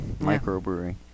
Microbrewery